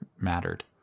mattered